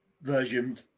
version